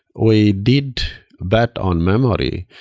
we did bet on memory,